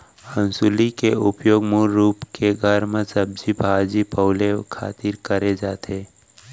हँसुली के उपयोग मूल रूप के घर म सब्जी भाजी पउले खातिर करे जाथे